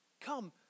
Come